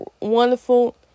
wonderful